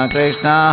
Krishna